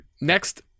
Next